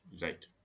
Right